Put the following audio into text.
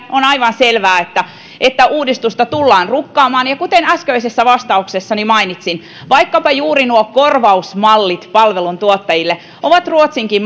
on aivan selvää että että uudistusta tullaan rukkaamaan ja kuten äskeisessä vastauksessani mainitsin vaikkapa juuri nuo korvausmallit palveluntuottajille ovat ruotsinkin